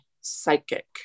Psychic